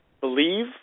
believe